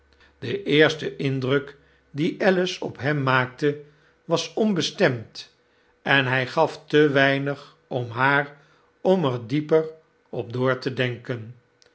de eerste indruk dien alice op hem maakte was onbestemd en hy gaf te weinig om haar om er dieper op door te denken